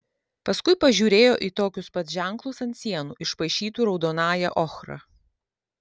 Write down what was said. paskui pažiūrėjo į tokius pat ženklus ant sienų išpaišytų raudonąja ochra